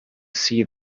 see